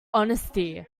honesty